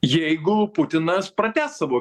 jeigu putinas pratęs savo